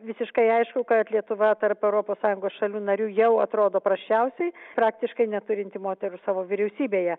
visiškai aišku kad lietuva tarp europos sąjungos šalių narių jau atrodo prasčiausiai praktiškai neturinti moterų savo vyriausybėje